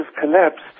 collapsed